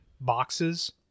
boxes